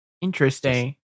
Interesting